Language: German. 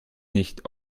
nicht